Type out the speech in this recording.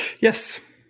Yes